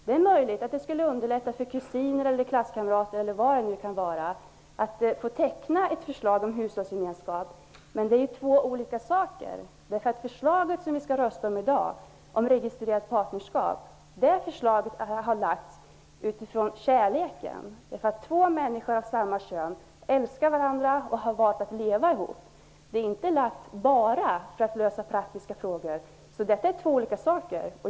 Det är möjligt att det skulle underlätta för kusiner, klasskamrater osv. att få teckna ett avtal om hushållsgemenskap. Men detta är två olika saker. Förslaget om registrerat partnerskap, som vi skall rösta om i dag, har lagts fram med kärleken som utgångspunkt, dvs. att två människor av samma kön älskar varandra och har valt att leva ihop. Det är inte framlagt bara för att lösa praktiska frågor. Detta är två olika saker.